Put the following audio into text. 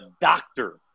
doctor